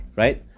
right